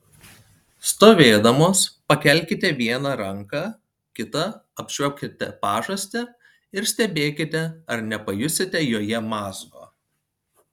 stovėdamos pakelkite vieną ranką kita apčiuopkite pažastį ir stebėkite ar nepajusite joje mazgo